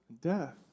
death